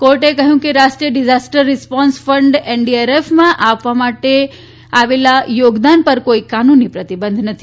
કોર્ટે કહ્યું કે રાષ્ટ્રીય ડિઝાસ્ટર રિસ્પોન્સ ફંડ એનડીઆરએફને આપવામાં આવેલા યોગદાન પર કોઈ કાનૂની પ્રતિબંધ નથી